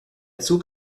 zug